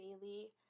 daily